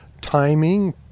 timing